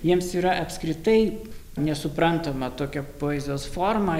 jiems yra apskritai nesuprantama tokia poezijos forma